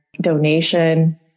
Donation